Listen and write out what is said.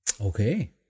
Okay